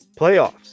Playoffs